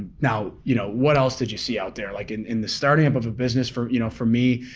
now you know what else did you see out there? like in in the starting up of a business for you know for me,